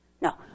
No